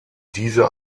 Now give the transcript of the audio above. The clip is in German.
diese